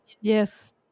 Yes